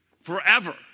Forever